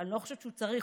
אני לא חושבת שהוא צריך,